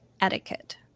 etiquette